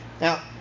Now